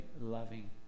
loving